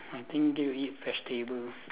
I think then we eat vegetables